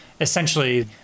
essentially